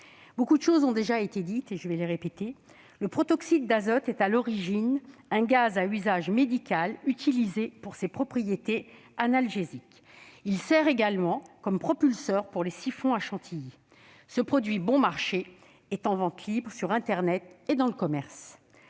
Beaucoup de choses ont déjà été dites et je risque d'être dans la répétition. Le protoxyde d'azote est, à l'origine, un gaz à usage médical, utilisé pour ses propriétés analgésiques. Il sert également comme propulseur pour les siphons à chantilly. Ce produit bon marché est en vente libre sur internet et dans le commerce.